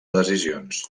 decisions